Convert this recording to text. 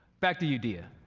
back to you, diya.